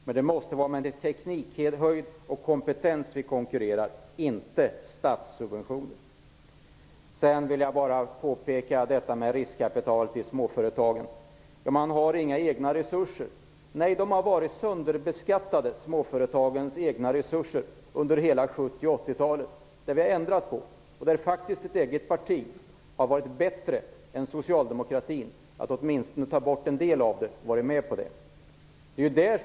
Men det måste vara med ökad teknik och kompetens som vi skall konkurrera och inte statssubventioner. Sedan vill jag bara påpeka detta med riskkapital till småföretagen och att de inte har några egna resurser. Nej, småföretagens egna resurser har varit sönderbeskattade under hela 70 och 80-talet. Detta har vi ändrat på. Där har faktiskt Lennart Beijers eget parti varit bättre än socialdemokratin, för ni har åtminstone varit med på att göra förbättringar.